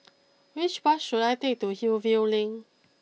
which bus should I take to Hillview Link